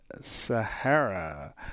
Sahara